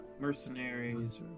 mercenaries